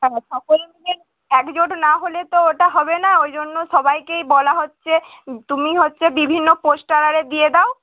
হ্যাঁ সকলকে একজোট না হলে তো ওটা হবে না ওই জন্য সবাইকেই বলা হচ্চে তুমি হচ্চে বিভিন্ন পোস্টারে দিয়ে দাও